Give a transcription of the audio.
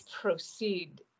proceed